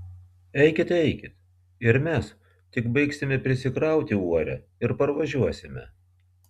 eikit eikit ir mes tik baigsime prisikrauti uorę ir parvažiuosime